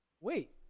Wait